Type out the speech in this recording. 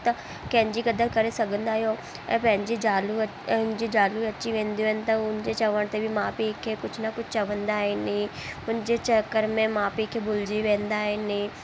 त कंहिंजी क़दरु करे सघंदा आहियो ऐं पंहिंजी ज़ालूं अच पंहिंजी ज़ालूं अची वेंदियूं आहिनि त उन जे चवण ते बि माउ पीउ खे कुझु न कुझु चवंदा आहिनि हुन जे चकर में माउ पीउ खे भुलिजी वेंदा आहिनि